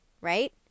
right